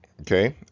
Okay